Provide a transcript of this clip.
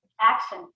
Action